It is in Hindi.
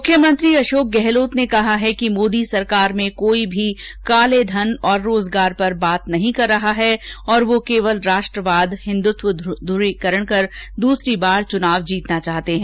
मुख्यमंत्री अशोक गहलोत ने कहा है कि मोदी सरकार में कोई भी कालेधन और रोजगार पर बात नहीं कर रहा है और वो केवल राष्ट्रवाद हिन्दुत्व ध्रवीकरण कर दूसरी बार चुनाव जीतना चाहते हैं